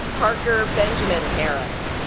parker benjamin harris